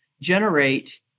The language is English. generate